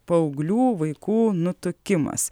paauglių vaikų nutukimas